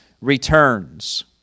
returns